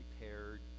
prepared